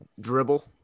dribble